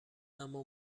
اما